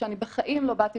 שאני בחיים לא באתי